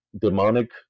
demonic